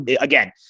Again